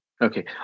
Okay